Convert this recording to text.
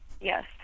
Yes